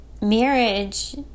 marriage